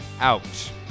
out